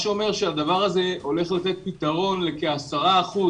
זה אומר שהדבר הזה הולך לתת פתרון לכ-10 אחוזים